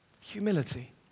Humility